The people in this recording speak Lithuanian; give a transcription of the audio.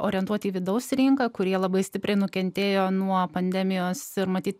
orientuoti į vidaus rinką kurie labai stipriai nukentėjo nuo pandemijos ir matyt